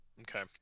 Okay